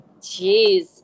Jeez